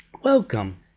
Welcome